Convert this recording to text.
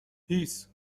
هیس